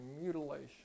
mutilation